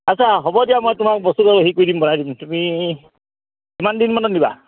আচ্ছা হ'ব দিয়া মই তোমাক বস্তুটো হেৰি কৰি দিম বনাই দিম তুমি কিমান দিনমানত নিবা